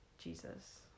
Jesus